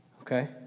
Okay